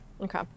Okay